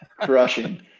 Crushing